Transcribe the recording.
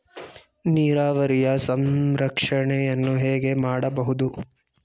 ನೀರಾವರಿಯ ಸಂರಕ್ಷಣೆಯನ್ನು ಹೇಗೆ ಮಾಡಬಹುದು?